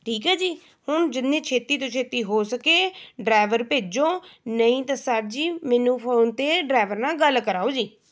ਠੀਕ ਹੈ ਜੀ ਹੁਣ ਜਿੰਨੀ ਛੇਤੀ ਤੋਂ ਛੇਤੀ ਹੋ ਸਕੇ ਡਰੈਵਰ ਭੇਜੋ ਨਹੀਂ ਤਾਂ ਸਰ ਜੀ ਮੈਨੂੰ ਫ਼ੌਨ 'ਤੇ ਡਰੈਵਰ ਨਾਲ ਗੱਲ ਕਰਵਾਓ ਜੀ